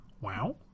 Wow